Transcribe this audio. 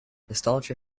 nostalgia